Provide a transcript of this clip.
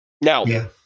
Now